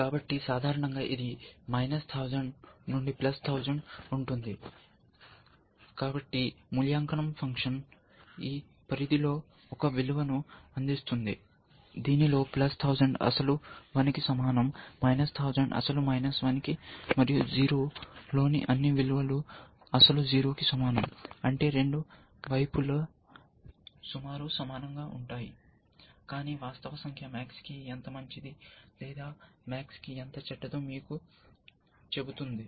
కాబట్టి సాధారణంగా ఇది నుండి 1000 ఉంటుంది కాబట్టి మూల్యాంకనం ఫంక్షన్ ఈ పరిధిలో ఒక విలువను అందిస్తుంది దీనిలో 1000 అసలు 1 కి సమానం అసలు మరియు 0 లోని అన్ని విలువలు అసలు 0 కి సమానం అంటే రెండు వైపులా సుమారు సమానంగా ఉంటాయి కానీ వాస్తవ సంఖ్య MAX కి ఎంత మంచిది లేదా MAX కి ఎంత చెడ్డదో మీకు చెబుతుంది